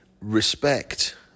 respect